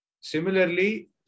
Similarly